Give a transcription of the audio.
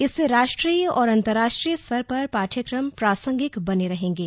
इससे राष्ट्रीय और अन्तर्राष्ट्रीय स्तर पर पाठ्यक्रम प्रासंगिक बने रहेंगे